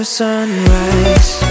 sunrise